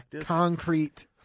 concrete